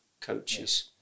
coaches